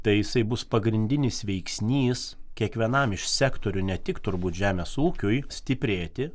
tai jisai bus pagrindinis veiksnys kiekvienam iš sektorių ne tik turbūt žemės ūkiui stiprėti